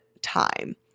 time